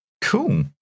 Cool